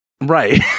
Right